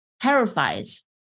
terrifies